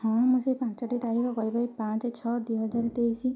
ହଁ ମୁଁ ସେ ପାଞ୍ଚଟି ତାରିଖ କହିପାରିବି ପାଞ୍ଚ ଛଅ ଦୁଇ ହଜାର ତେଇଶି